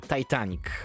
Titanic